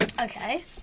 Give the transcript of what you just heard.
Okay